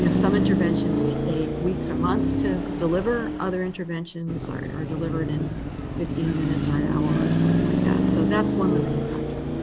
you know some interventions take weeks or months to deliver. other interventions are delivered in fifteen minutes or an hour or something like that. so that's one limiting factor.